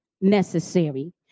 necessary